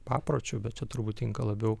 papročiu bet čia turbūt tinka labiau